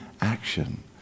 action